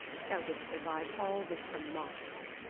thou didst devise all this to mock me.